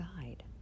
guide